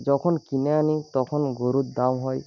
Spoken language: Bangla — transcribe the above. যখন কিনে আনি তখন গরুর দাম হয়